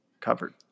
covered